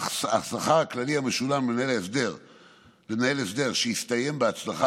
אך השכר הכללי המשולם למנהל הסדר שהסתיים בהצלחה